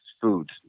food